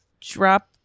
drop